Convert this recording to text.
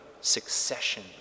succession